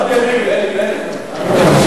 חוק